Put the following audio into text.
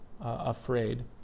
afraid